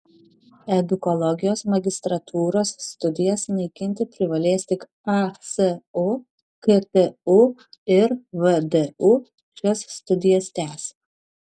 edukologijos magistrantūros studijas naikinti privalės tik asu ktu ir vdu šias studijas tęs